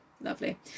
lovely